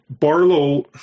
Barlow